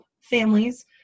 families